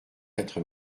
quatre